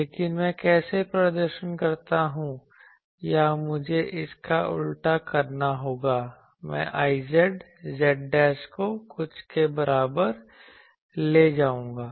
लेकिन मैं कैसे प्रदर्शन करता हूं या मुझे इसका उल्टा करना होगा मैं Izz को कुछ के बराबर ले जाऊंगा